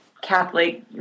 catholic